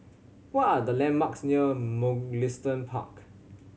what are the landmarks near Mugliston Park